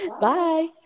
bye